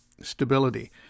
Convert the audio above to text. stability